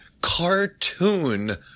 cartoon